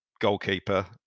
goalkeeper